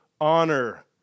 honor